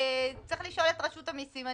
צריך לשאול את רשות המסים.